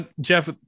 Jeff